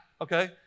Okay